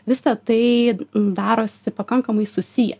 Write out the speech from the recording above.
visą tai darosi pakankamai susiję